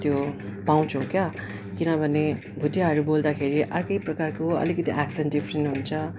त्यो पाउँछौँ क्या किनभने भोटियाहरू बोल्दाखेरि आर्कै प्रकारको आलिकति एक्सेन्ट डिफरेन्ट हुन्छ